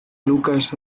lucas